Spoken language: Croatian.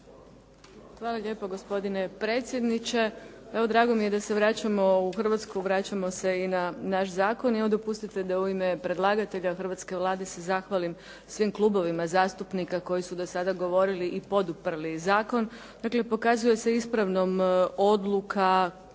Hvala lijepo. Gospodine predsjedniče. Evo, drago mi je da se vraćamo u Hrvatsku, vraćamo se i na naš zakon. I evo dopustite da u ime predlagatelja hrvatske Vlade se zahvalim svim klubovima zastupnika koji su do sada govorili i poduprli zakon. Dakle, pokazuje se ispravnom odluka da se zakon